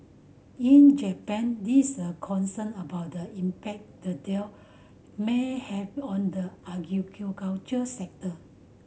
in Japan these are concern about the impact the deal may have on the sector